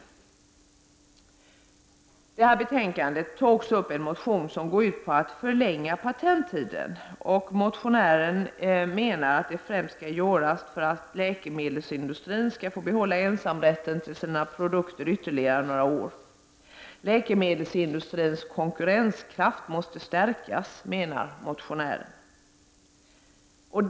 I detta betänkande tas också upp en motion som går ut på att förlänga patenttiden för att främst läkemedelsindustrin skall få behålla ensamrätten till sina produkter ytterligare några år. Läkemedelsindustrins konkurrenskraft måste stärkas, menar motionären.